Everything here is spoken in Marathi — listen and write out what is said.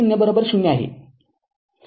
तर V० आहे